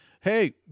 Hey